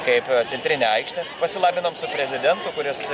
kaip centrinę aikštę pasilabinom su prezidentu kuris